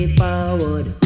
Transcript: forward